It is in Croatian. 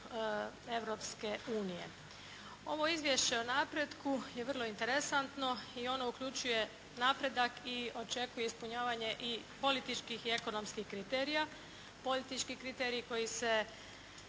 Europske unije. Ovo izvješće o napretku je vrlo interesantno i ono uključuje napredak i očekuje ispunjavanje i političkih i ekonomskih kriterija. Politički kriteriji koji se